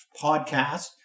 podcast